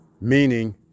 meaning